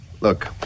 Look